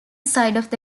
side